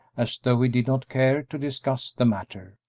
as though he did not care to discuss the matter.